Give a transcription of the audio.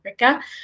Africa